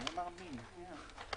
<< סיום >> הישיבה ננעלה בשעה 09:24. << סיום >>